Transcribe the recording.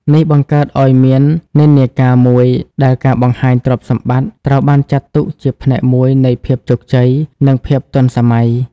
នេះបង្កើតឱ្យមាននិន្នាការមួយដែលការបង្ហាញទ្រព្យសម្បត្តិត្រូវបានចាត់ទុកជាផ្នែកមួយនៃភាពជោគជ័យ និងភាពទាន់សម័យ។